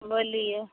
बोलिऔ